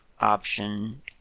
option